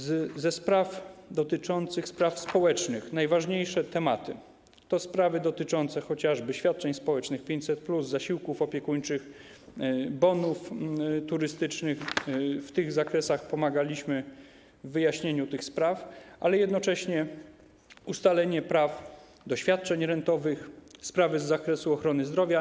Ze spraw dotyczących spraw społecznych najważniejsze tematy to te dotyczące chociażby świadczeń społecznych, 500+, zasiłków opiekuńczych, bonów turystycznych, w tych zakresach pomagaliśmy w wyjaśnieniu tych spraw, ale jednocześnie to ustalenie praw do świadczeń rentowych, sprawy z zakresu ochrony zdrowia.